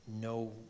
no